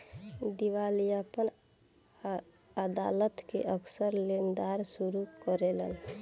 दिवालियापन अदालत के अक्सर लेनदार शुरू करेलन